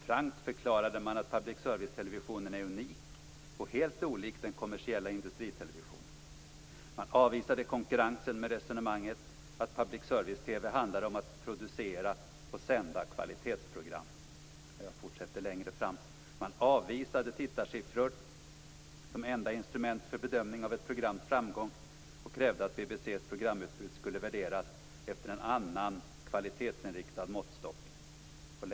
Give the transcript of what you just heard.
Frankt förklarade man att public servicetelevisionen är unik och helt olik den kommersiella industritelevisionen. Man avvisade konkurrensen med resonemanget att public service-TV handlar om att producera och sända kvalitetsprogram. Längre fram i texten står det: Man avvisade tittarsiffror som enda instrument för bedömning av ett programs framgång och krävde att BBC:s programutbud skulle värderas efter en annan, kvalitetsinriktad måttstock.